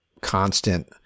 constant